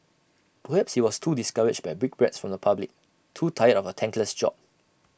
perhaps he was too discouraged by brickbats from the public too tired of A thankless job